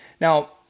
Now